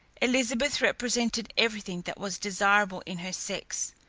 elizabeth represented everything that was desirable in her sex,